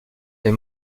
est